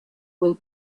will